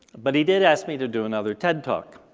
but he did ask me to do another ted talk,